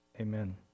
Amen